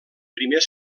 primer